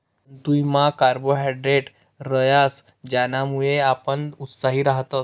तांदुयमा कार्बोहायड्रेट रहास ज्यानामुये आपण उत्साही रातस